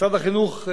משרד החינוך,